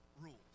rules